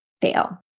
fail